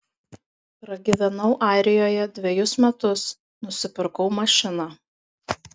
pragyvenau airijoje dvejus metus nusipirkau mašiną